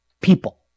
people